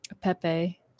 Pepe